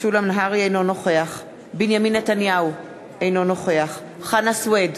אינו נוכח בנימין נתניהו, אינו נוכח חנא סוייד,